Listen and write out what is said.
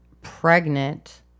pregnant